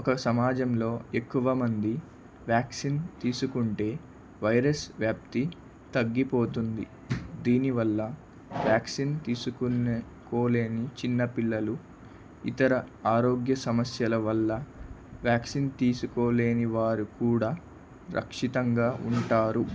ఒక సమాజంలో ఎక్కువ మంది వ్యాక్సిన్ తీసుకుంటే వైరస్ వ్యాప్తి తగ్గిపోతుంది దీనివల్ల వ్యాక్సిన్ తీసుకునే కోలేని చిన్న పిల్లలు ఇతర ఆరోగ్య సమస్యల వల్ల వ్యాక్సిన్ తీసుకోలేని వారు కూడా సురక్షితంగా ఉంటారు